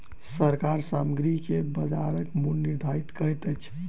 सरकार सामग्री के बजारक मूल्य निर्धारित करैत अछि